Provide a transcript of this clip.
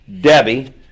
debbie